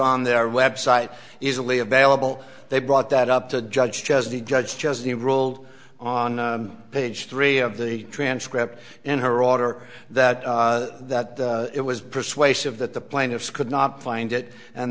on their website easily available they brought that up to a judge has the judge has the rule on page three of the transcript in her order that that it was persuasive that the plaintiffs could not find it and